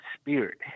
spirit